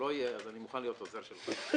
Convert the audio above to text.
אז אני מוכן להיות עוזר שלך.